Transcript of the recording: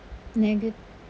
nega~